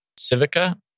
Civica